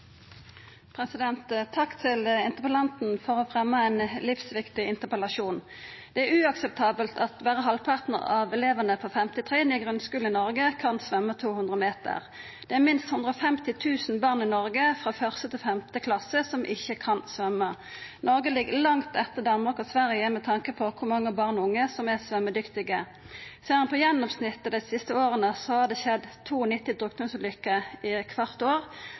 til interpellanten for å fremja ein livsviktig interpellasjon. Det er uakseptabelt at berre halvparten av elevane på 5. trinn i grunnskulen i Noreg kan svømma 200 meter. Det er minst 150 000 barn frå 1. til 5. klasse i Noreg som ikkje kan svømma. Noreg ligg langt etter Danmark og Sverige med tanke på kor mange barn og unge som er svømmedyktige. Ser ein på gjennomsnittet dei siste åra, ser ein at det har skjedd 92 drukningsulykker kvart år.